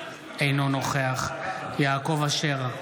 אינו נוכח יעקב אשר,